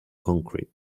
concrete